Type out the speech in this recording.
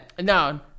No